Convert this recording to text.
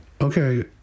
Okay